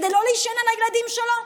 כדי לא להישען על הילדים שלו.